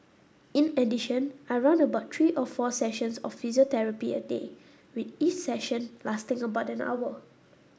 in addition I run about three or four sessions of physiotherapy a day with each session lasting about an hour